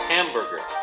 Hamburger